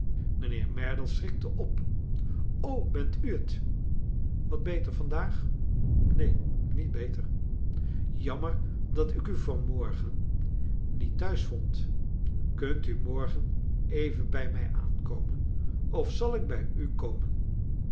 mijnheer merdle schrikte op ook bent u t wat beter vandaag neen niet beter jammer dat ik u van morgen niet thuis vond kunt u morgen even bij mij aankomen of zal ik bij u konien